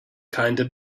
kinda